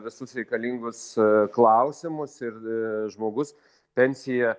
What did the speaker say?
visus reikalingus klausimus ir žmogus pensiją